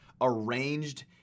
arranged